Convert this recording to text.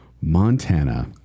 Montana